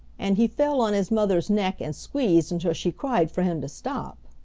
and he fell on his mother's neck and squeezed until she cried for him to stop.